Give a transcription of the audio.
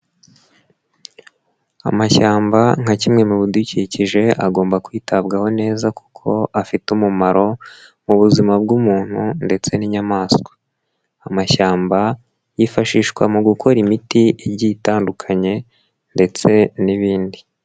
Amashyamba nka kimwe mu bidukikije agomba kwitabwaho neza kuko afite umumaro mu buzima bw'umuntu ndetse n'inyamaswa, amashyamba yifashishwa mu gukora imiti igiye itandukanye ndetse n'ibindi.